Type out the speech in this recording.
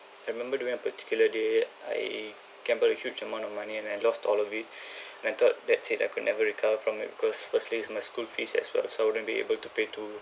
I remember during a particular day I gambled a huge amount of money and I lost all of it and I thought that's it I could never recover from it because firstly it's my school fees as well as I wouldn't be able to pay to